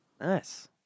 Nice